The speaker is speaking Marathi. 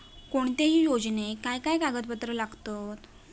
कोणत्याही योजनेक काय काय कागदपत्र लागतत?